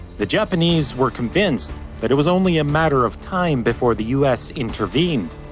the japanese were convinced that it was only a matter of time before the u s. intervened.